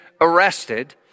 arrested